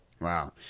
Wow